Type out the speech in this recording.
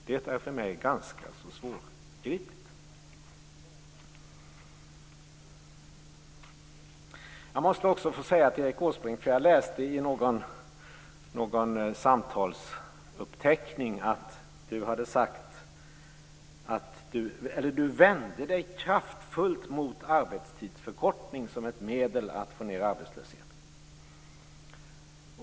Det är för mig ganska svårbegripligt. Jag läste i någon samtalsuppteckning att Erik Åsbrink vände sig kraftfullt mot arbetstidsförkortning som ett medel att få ned arbetslösheten.